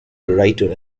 writer